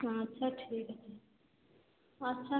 আচ্ছা ঠিক আছে আচ্ছা